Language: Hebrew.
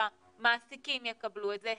שהמעסיקים יקבלו את זה?